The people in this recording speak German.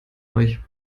euch